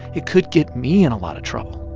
it could get me in a lot of trouble.